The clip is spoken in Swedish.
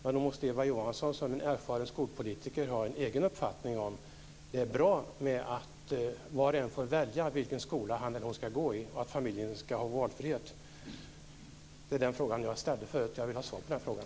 Men nog måste Eva Johansson som erfaren skolpolitiker ha en egen uppfattning om huruvida det är bra att var och en får välja vilken skola han eller hon ska gå i och att familjen ska ha valfrihet? Det är den fråga jag ställde förut. Jag vill ha svar på den frågan.